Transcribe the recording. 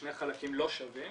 שני חלקים לא שווים